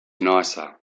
nicer